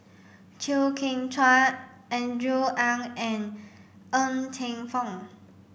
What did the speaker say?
Chew Kheng Chuan Andrew Ang and Ng Teng Fong